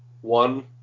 one